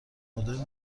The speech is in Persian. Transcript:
مدل